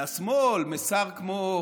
מהשמאל, משר כמו